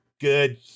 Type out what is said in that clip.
good